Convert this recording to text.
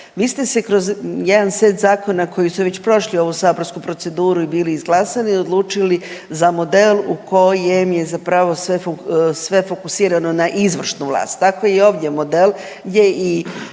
Vi ste se kroz jedan set zakona koji su već prošli ovu saborsku proceduru i bili izglasani odlučili za model u kojem je zapravo sve fokusirano na izvršnu vlast, tako je i ovdje model gdje i